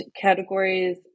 categories